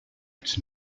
its